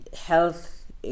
health